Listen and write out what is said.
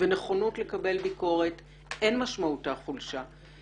ונכונות לקבל ביקורת אין משמעותה חולשה.